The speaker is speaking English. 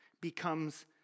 becomes